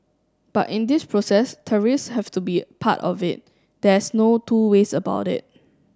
but in this process tariffs have to be part of it there's no two ways about it